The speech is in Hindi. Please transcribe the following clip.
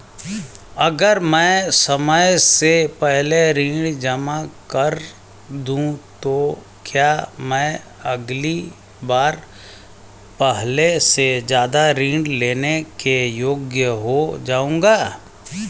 अगर मैं समय से पहले ऋण जमा कर दूं तो क्या मैं अगली बार पहले से ज़्यादा ऋण लेने के योग्य हो जाऊँगा?